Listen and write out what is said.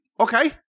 okay